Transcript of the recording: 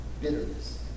bitterness